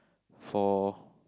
for